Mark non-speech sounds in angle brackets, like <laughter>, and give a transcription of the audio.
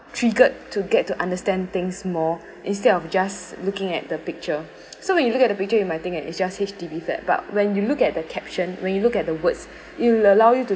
triggered to get to understand things more instead of just looking at the picture <breath> so when you look at the picture you might think that it's just H_D_B flat but when you look at the caption when you look at the words you will allow you to